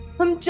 from